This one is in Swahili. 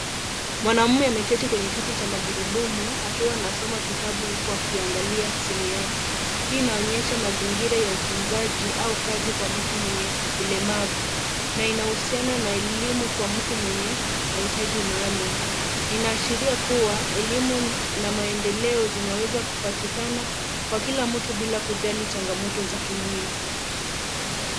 Mwanamume ameketi kwenye kiti cha magurudumu akiwa anasoma kitabu huku akiangalia simu yake. Hii inaonyesha mazingira ya ufunzaji au kazi kwa mtu mwenye ulemavu na inahusiana na elimu kwa mtu mwenye mahitaji maalum. Inaashiria kuwa elimu na maendeleo zinaweza kupatikana kwa kila mtu bila kujali changamoto za kimwili.